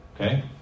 okay